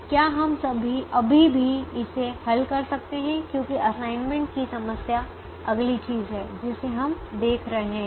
क्या हम अभी भी इसे हल कर सकते हैं क्योंकि असाइनमेंट की समस्या अगली चीज़ है जिसे हम देख रहे हैं